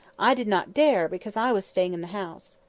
i did not dare, because i was staying in the house.